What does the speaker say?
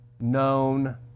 known